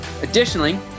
Additionally